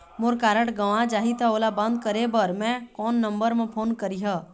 मोर card गंवा जाही त ओला बंद करें बर मैं कोन नंबर म फोन करिह?